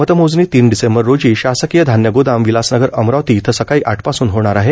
मतमोजणी तीन डिसेंबर रोजी शासकीय धान्य गोदाम विलास नगर अमरावती इथं सकाळी आठपासून होणार आहे